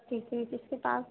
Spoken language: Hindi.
ठीक है किसके पास